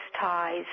ties